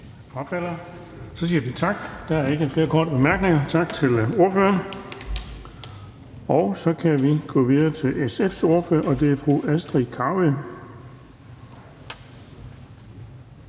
ordføreren. Der er ikke flere korte bemærkninger. Og så kan vi gå videre til SF's ordfører, og det er fru Astrid Carøe.